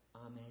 Amen